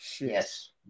Yes